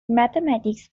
mathematics